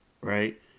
right